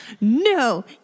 no